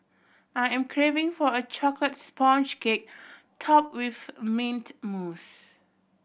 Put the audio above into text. I am craving for a chocolate sponge cake topped with mint mousse